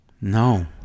no